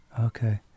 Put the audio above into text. Okay